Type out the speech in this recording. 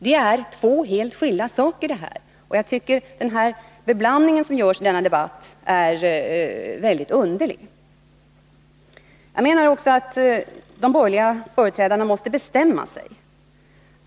Det är fråga om två helt skilda saker. Och jag tycker att den sammanblandning som görs i debatten är mycket underlig. Jag menar att de borgerliga företrädarna måste bestämma sig.